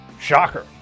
Shocker